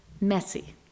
messy